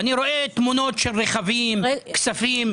אני רואה תמונות של רכבים, כספים.